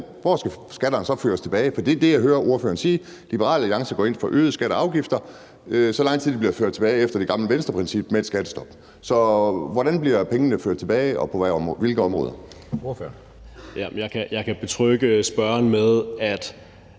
hvor skatterne skal føres tilbage. For det, jeg hører ordføreren sige, er, at Liberal Alliance går ind for øgede skatter og afgifter, så længe de bliver ført tilbage efter det gamle Venstreprincip fra skattestoppet. Så hvordan bliver pengene ført tilbage og på hvilke områder? Kl. 14:12 Anden